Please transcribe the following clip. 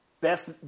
Best